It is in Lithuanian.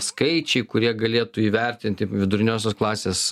skaičiai kurie galėtų įvertinti viduriniosios klasės